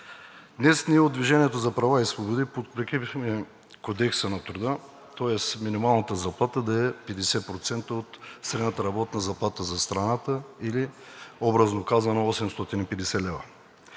Днес ние от „Движение за права и свободи“ подкрепихме Кодекса на труда, тоест минималната заплата да е 50% от средната работна заплата за страната, или, образно казано, 850 лв.,